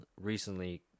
recently